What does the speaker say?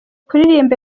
kuririmba